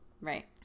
right